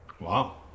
Wow